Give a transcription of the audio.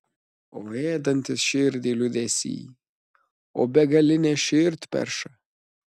o ėdantis širdį liūdesy o begaline širdperša